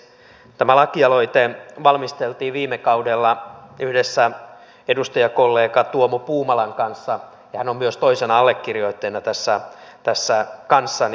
tämä lakialoite valmisteltiin viime kaudella yhdessä edustajakollega tuomo puumalan kanssa ja hän on myös toisena allekirjoittajana tässä kanssani